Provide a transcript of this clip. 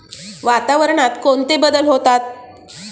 वातावरणात कोणते बदल होतात?